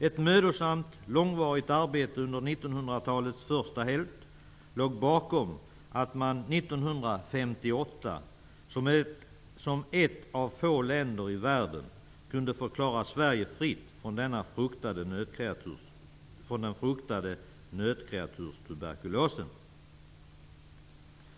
Ett mödosamt långvarit arbete under 1900-talets första hälft låg bakom att Sverige år 1958 som ett av få länder i världen kunde förklaras fritt från den fruktade nötkreaturstuberkulosen.